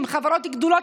נגד תושבי הנגב,